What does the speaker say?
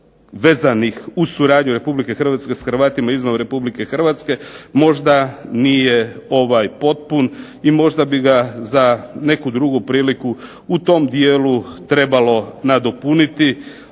vezanih uz suradnju RH s Hrvatima izvan RH možda nije ovaj potpun i možda bi ga za neku drugu priliku u tom dijelu trebalo nadopuniti,